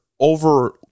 over